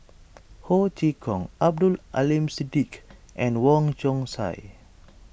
Ho Chee Kong Abdul Aleem Siddique and Wong Chong Sai